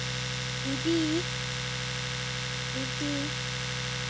ᱫᱤᱫᱤ ᱫᱤᱫᱤ